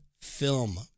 film